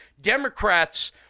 Democrats